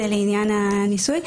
זה לעניין הניסוי.